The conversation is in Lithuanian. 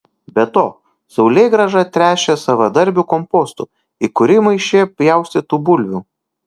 be to saulėgrąžą tręšė savadarbiu kompostu į kurį maišė pjaustytų bulvių